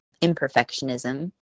imperfectionism